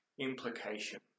implication